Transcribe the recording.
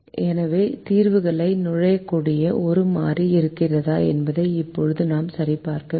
எனவே தீர்வுக்குள் நுழையக்கூடிய ஒரு மாறி இருக்கிறதா என்பதை இப்போது நாம் சரிபார்க்க வேண்டும்